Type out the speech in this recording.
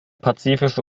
pazifische